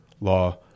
Law